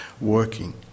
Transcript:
working